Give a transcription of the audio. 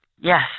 Yes